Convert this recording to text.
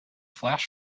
flash